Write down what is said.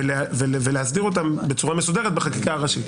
ולהסדיר אותם בצורה מסודרת בחקיקה הראשית.